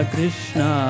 Krishna